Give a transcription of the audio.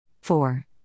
four